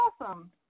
awesome